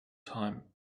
time